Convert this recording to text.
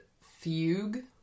fugue